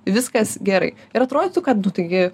viskas gerai ir atrodytų kad nu taigi